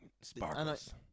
Sparkles